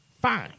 fine